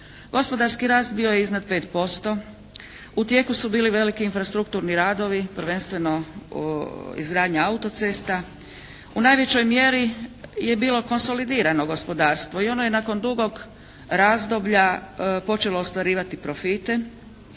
Gospodarski rast bio je iznad 5%, u tijeku su bili veliki infrastrukturni radovi, prvenstveno izgradnja auto-cesta. U najvećoj mjeri je bilo konsolidirano gospodarstvo. I ono je nakon dugog razdoblja počelo ostvarivati profite.